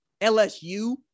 LSU